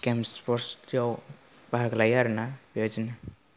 game sports दे आव बाहागो लायो आरो ना बेबायदिनो